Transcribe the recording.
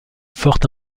forte